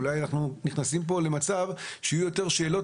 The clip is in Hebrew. אולי אנחנו נכנסים כאן למצב שיהיו יותר שאלות